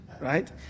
right